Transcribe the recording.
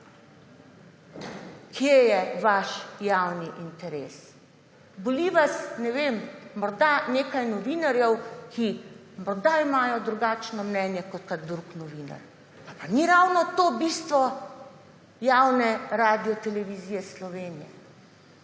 kje je vaš javni interes. Boli vas morda nekaj novinarjev, ki morda imajo drugačno mnenje kot kakšen drug novinar. Pa ni ravno to bistvo javne Radiotelevizije Slovenije?